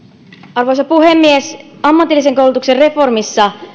arvoisa puhemies ammatillisen koulutuksen reformissa